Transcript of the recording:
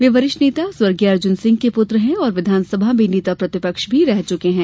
वे वरिष्ठ नेता स्वर्गीय अर्जुन सिंह के पुत्र हैं और विधानसभा में नेता प्रतिपक्ष भी रह चुके हैं